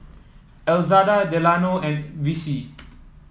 Elzada Delano and Vicie